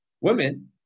Women